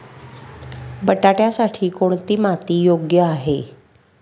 बटाट्यासाठी कोणती माती योग्य आहे?